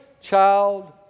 child